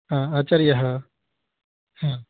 ह आचार्य